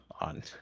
on